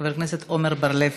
חבר הכנסת עמר בר-לב,